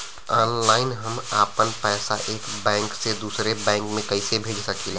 Online हम आपन पैसा एक बैंक से दूसरे बैंक में कईसे भेज सकीला?